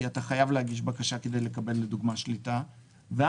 כי אתה חייב להגיש בקשה כדי לקבל למשל שליטה ואז,